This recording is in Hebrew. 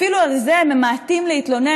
אפילו על זה הם ממעטים להתלונן,